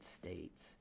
States